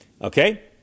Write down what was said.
Okay